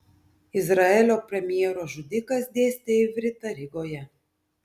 izraelio premjero žudikas dėstė ivritą rygoje